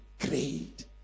great